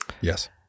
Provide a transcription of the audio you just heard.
Yes